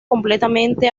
completamente